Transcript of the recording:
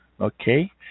Okay